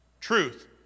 truth